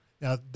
Now